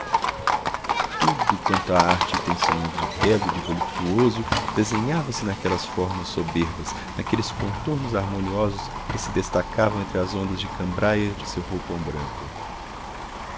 tudo quanto a arte tem sonhado de belo e de voluptuoso desenhava-se naquelas formas soberbas naqueles contornos harmoniosos que se destacavam entre as ondas de cambraia de seu roupão branco